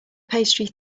pastry